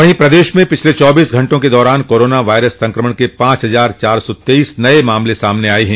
वहीं प्रदेश में पिछले चौबीस घंटे के दौरान कोरोना वायरस संक्रमण के पॉच हजार चार सौ तेईस नये मामले सामने आये हैं